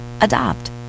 Adopt